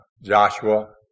Joshua